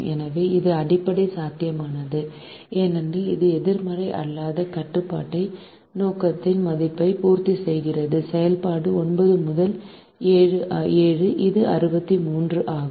எனவே இது அடிப்படை சாத்தியமானது ஏனெனில் இது எதிர்மறை அல்லாத கட்டுப்பாட்டை நோக்கத்தின் மதிப்பை பூர்த்தி செய்கிறது செயல்பாடு 9 முதல் 7 ஆகும் இது 63 ஆகும்